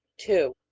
two.